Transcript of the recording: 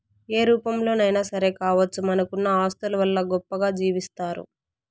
ఏ రూపంలోనైనా సరే కావచ్చు మనకున్న ఆస్తుల వల్ల గొప్పగా జీవిస్తారు